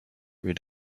rid